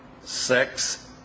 sex